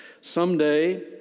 Someday